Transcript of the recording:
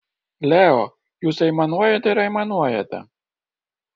leo jūs aimanuojate ir aimanuojate